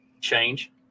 change